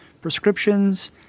prescriptions